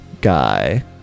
guy